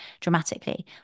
dramatically